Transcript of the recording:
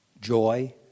joy